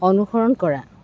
অনুসৰণ কৰা